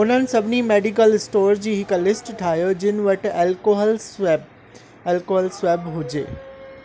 उन्हनि सभिनी medical store जी हिकु लिस्ट ठाहियो जिन वटि एलकोहल स्वैब एलकोहल स्वैब हुजे